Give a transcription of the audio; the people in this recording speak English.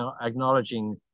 acknowledging